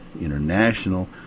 international